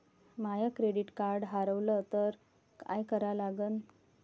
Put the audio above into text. माय credit card हारवलं तर काय करा लागन?